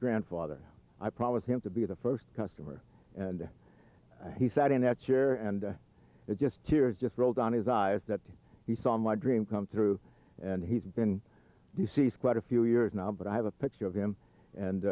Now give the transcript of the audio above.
grandfather i promised him to be the first customer and he sat in that chair and it just tears just rolled down his eyes that he saw my dream come through and he's been deceased quite a few years now but i have a picture of him and